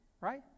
right